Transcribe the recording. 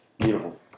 Beautiful